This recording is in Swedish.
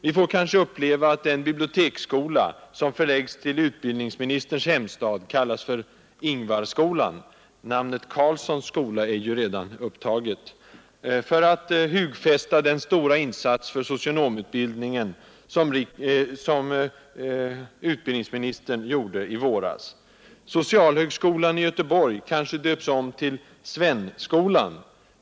Vi får kanske uppleva att den biblioteksskola, som förläggs till utbildningsministerns hemstad, kallas Ingvarskolan — namnet ”Carlssons skola” är ju redan upptaget — för att hugfästa den stora insats för bibliotekarieutbildningens kvalitetshöjning som utbildningsministern gjorde i våras, Socialhögskolan i Göteborg kanske döps om till Svenskolan.